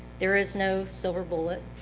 there is no silver bullet,